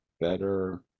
Better